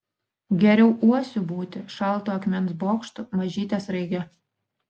geriau uosiu būti šaltu akmens bokštu mažyte sraige